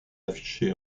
affichés